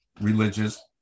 religious